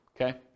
okay